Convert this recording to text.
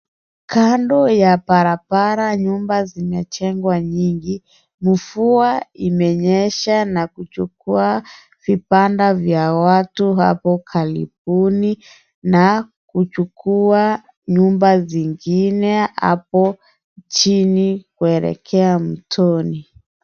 Kando ya barabara, nyumba zimejengwa nyingi. Mvua imenyesha na kuchukua vibanda vya watu hapo karibuni na kuchukua nyumba zingine hapo chini kuelekea mtoni.